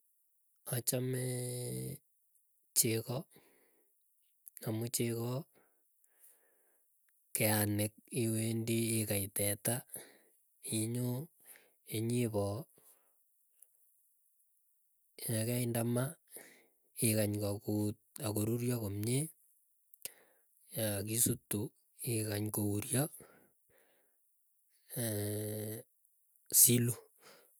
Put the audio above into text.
Achamee chegoo amu chegoo, keyanik iwendi ikei teta, inyoo inyipoo nyikainde maa ikany kokuut akorurio komie akisutu ikany kouryo siluu.